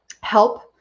help